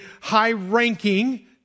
high-ranking